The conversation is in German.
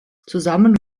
zusammen